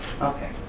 Okay